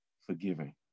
forgiving